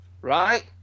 Right